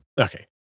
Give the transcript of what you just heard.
Okay